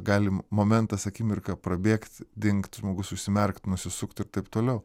galim momentas akimirka prabėgt dingt žmogus užsimerkt nusisukt ir taip toliau